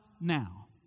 now